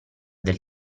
del